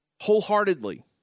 wholeheartedly